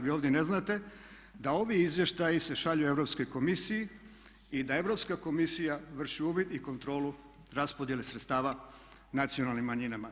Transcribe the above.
Vi ovdje ne znate da ovi izvještaji se šalju Europskoj komisiji i da Europska komisija vrši uvid i kontrolu raspodjele sredstava nacionalnim manjinama.